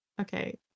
Okay